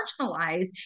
marginalize